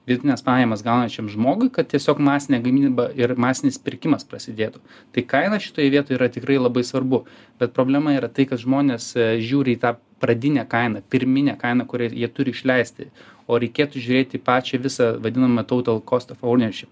vidutines pajamas gaunančiam žmogui kad tiesiog masinė gamyba ir masinis pirkimas prasidėtų tai kaina šitoj vietoj yra tikrai labai svarbu bet problema yra tai kad žmonės žiūri į tą pradinę kainą pirminę kainą kurią jie turi išleisti o reikėtų žiūrėt į pačią visą vadinamą total cost of ownership